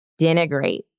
denigrate